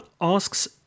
asks